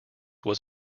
was